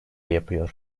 yapıyor